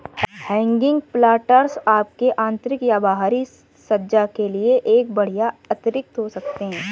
hanging planters आपके आंतरिक या बाहरी सज्जा के लिए एक बढ़िया अतिरिक्त हो सकते है